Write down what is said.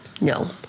no